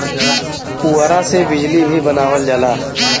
पुवरा से बिजली भी बनावल जाला